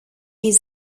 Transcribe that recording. his